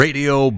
Radio